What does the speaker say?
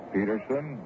Peterson